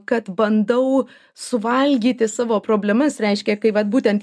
kad bandau suvalgyti savo problemas reiškia kai vat būtent